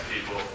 people